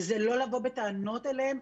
וזה לא לבוא בטענות אליהם,